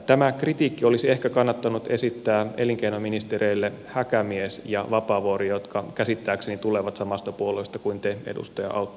tämä kritiikki olisi ehkä kannattanut esittää elinkeinoministereille häkämies ja vapaavuori jotka käsittääkseni tulevat samasta puolueesta kuin te edustaja autto